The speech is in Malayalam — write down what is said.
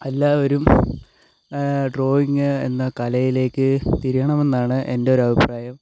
എല്ലാവരും ഡ്രോയിങ് എന്ന കലയിലേക്ക് തിരിയണം എന്നാണ് എൻ്റെ ഒരു അഭിപ്രായം